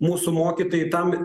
mūsų mokytojai tam